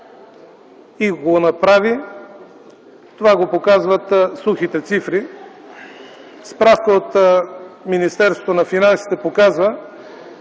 и го направи. Това го показват сухите цифри. Справка от Министерството на финансите показва,